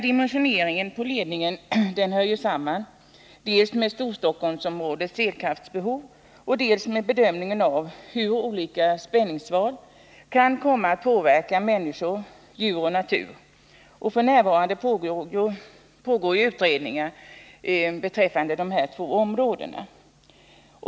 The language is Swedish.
Dimensioneringen av ledningen hör samman dels med Storstockholmsområdets elkraftsbehov, dels med bedömningen av hur olika spänningsval kan komma att påverka människor, djur och natur. F.n. pågår utredningar beträffande dessa områden.